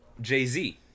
jay-z